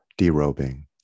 derobing